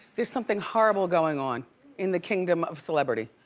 there's something horrible going on in the kingdom of celebrity,